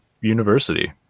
university